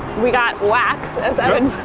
we got wax, as evan